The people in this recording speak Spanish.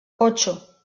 ocho